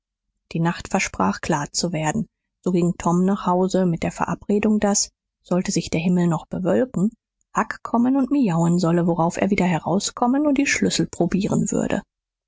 die nacht versprach klar zu werden so ging tom nach hause mit der verabredung daß sollte sich der himmel noch bewölken huck kommen und miauen solle worauf er wieder herauskommen und die schlüssel probieren würde